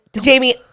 Jamie